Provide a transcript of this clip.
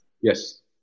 Yes